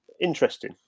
interesting